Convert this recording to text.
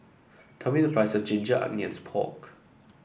tell me the price Ginger Onions Pork